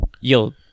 Yo